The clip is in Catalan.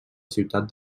ciutat